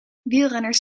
wielrenners